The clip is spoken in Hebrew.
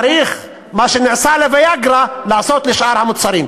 צריך מה שנעשה ל"ויאגרה" לעשות לשאר המוצרים.